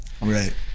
Right